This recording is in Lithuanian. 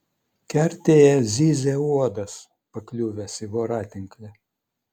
kertėje zyzė uodas pakliuvęs į voratinklį